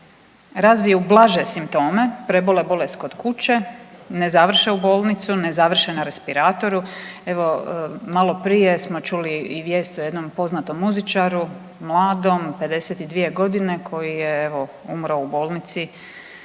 razviju blaže simptome, prebole bolest kod kuće, ne završe u bolnicu, ne završe na respiratoru, evo malo prije smo čuli i vijest o jednom poznatom muzičaru mladom, 52 godine, koji je evo umro u bolnici